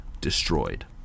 destroyed